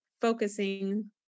focusing